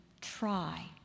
try